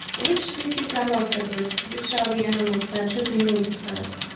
which species are most at risk? which are the animals that should be moved first?